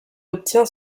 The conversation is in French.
obtient